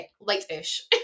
light-ish